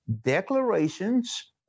Declarations